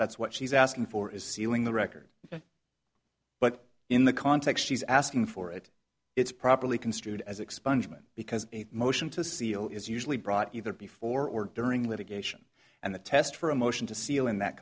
that's what she's asking for is sealing the record but in the context she's asking for it it's properly construed as expungement because a motion to seal is usually brought either before or during litigation and the test for a motion to seal in that